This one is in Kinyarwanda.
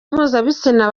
mpuzabitsina